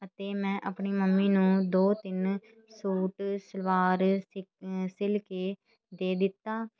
ਅਤੇ ਮੈਂ ਆਪਣੀ ਮੰਮੀ ਨੂੰ ਦੋ ਤਿੰਨ ਸੂਟ ਸਲਵਾਰ ਸਿ ਸਿਲ ਕੇ ਦੇ ਦਿੱਤਾ